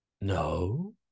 No